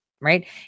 right